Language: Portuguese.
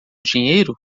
dinheiro